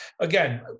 again